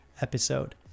episode